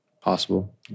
possible